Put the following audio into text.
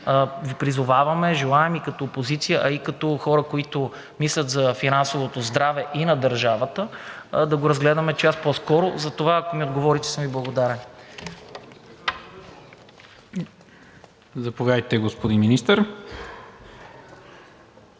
Ви призоваваме, желаем и като опозиция, а и като хора, които мислят за финансовото здраве и на държавата, да го разгледаме час по-скоро. Затова, ако ми отговорите, ще съм Ви благодарен. ПРЕДСЕДАТЕЛ НИКОЛА МИНЧЕВ: Заповядайте, господин Министър.